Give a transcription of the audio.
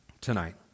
tonight